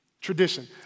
tradition